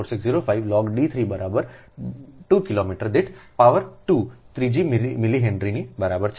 4605 log D 3 બરાબર 2 kilometre દીઠ power 2 ત્રીજી મિલી હેનરીની બરાબર છે